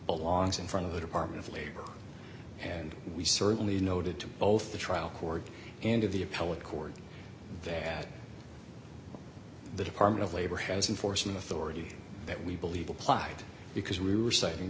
belongs in front of the department of labor and we certainly noted to both the trial court and of the appellate court that the department of labor has an force in authority that we believe applied because we were citing